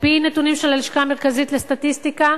על-פי נתונים של הלשכה המרכזית לסטטיסטיקה,